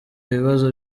ibibazo